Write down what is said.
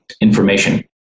information